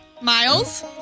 Miles